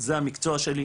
זה המקצוע שלי,